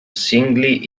singly